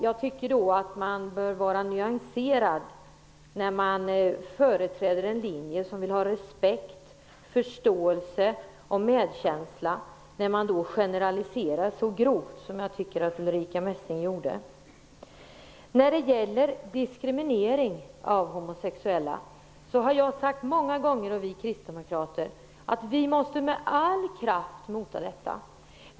Jag tycker att man bör vara nyanserad när man företräder en linje som vill ha respekt, förståelse och medkänsla och inte generalisera så grovt som jag tycker att Ulrica När det gäller diskriminering av homosexuella har jag och vi kristdemokrater många gånger sagt att vi måste med all kraft motarbeta detta.